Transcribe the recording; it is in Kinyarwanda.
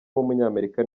w’umunyamerika